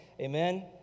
Amen